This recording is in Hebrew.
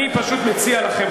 אני פשוט מציע לכם,